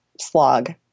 slog